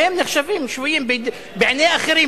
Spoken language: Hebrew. והם נחשבים שבויים בעיני אחרים,